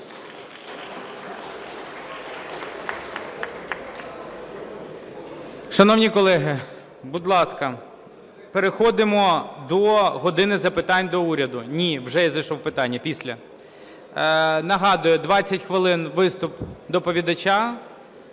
Шановні колеги, будь ласка, переходимо до "години запитань до Уряду". Ні, вже я зайшов в питання, після. Нагадую: 20 хвилин – виступ доповідача;